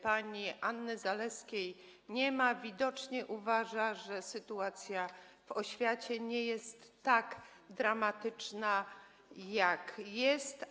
Pani Anny Zalewskiej nie ma, widocznie uważa, że sytuacja w oświacie nie jest tak dramatyczna, jak jest.